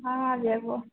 हँ जेबौ